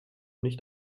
nicht